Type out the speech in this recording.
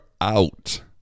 out